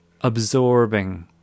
absorbing